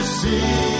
see